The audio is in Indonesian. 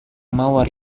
mawar